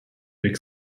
big